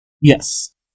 Yes